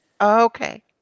Okay